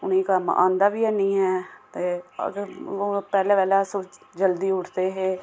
उ'नेंई कम्म आंदा बी निं ऐ अदे पह्लै पैह्लै अस जल्दी उठदे हे